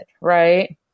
right